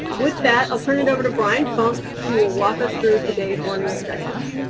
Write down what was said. with that, i'll turn it over to bryan funk, who will walk us through today's morning objectives.